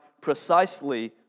precisely